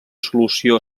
solució